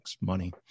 money